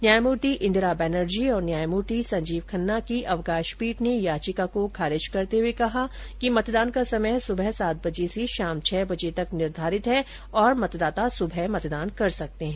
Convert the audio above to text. न्यायमूर्ति इंदिरा बैनर्जी और न्यायमूर्ति संजीव खन्ना की अवकाश पीठ ने याचिका को खारिज करते हुए कहा कि मतदान का समय सुबह सात बजे से शाम छह बजे तक निर्धारित है और मतदाता सुबह मतदान कर सकते हैं